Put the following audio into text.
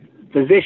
position